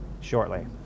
shortly